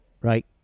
Right